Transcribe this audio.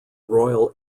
royal